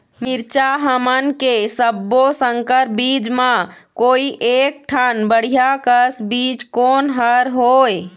मिरचा हमन के सब्बो संकर बीज म कोई एक ठन बढ़िया कस बीज कोन हर होए?